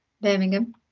Birmingham